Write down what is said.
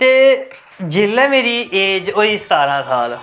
ते जेल्लै मेरी ऐज होई सतारां साल